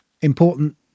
important